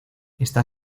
está